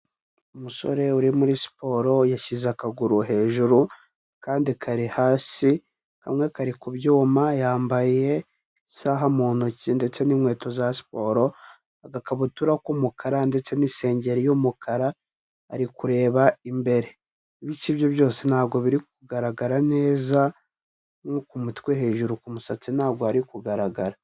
Umusore uri muri siporo yashyize akaguru hejuru, akandi kari hasi, kamwe kari kubyuma, yambaye isaha mu ntoki, ndetse n'inkweto za siporo, agakabutura k'umukara ndetse n'isengeri ry'umukara, ari kureba imbere, ibice bye byose ntabwo biri kugaragara neza, nko ku mutwe hejuru ku musatsi ntabwo hari kugaragara.